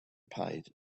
paid